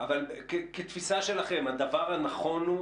אבל כתפיסה שלכם, הדבר הנכון הוא